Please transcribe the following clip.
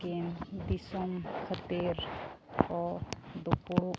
ᱛᱟᱹᱠᱤᱱ ᱫᱤᱥᱚᱢ ᱠᱷᱟᱹᱛᱤᱨ ᱠᱚ ᱫᱩᱯᱩᱲᱩᱵ